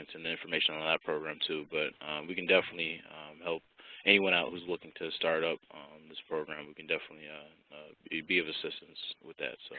and information on that program, too. but we can definitely help anyone out who's looking to start up um this program. we can definitely ah be be of assistance with that.